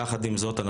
יחד עם זאת,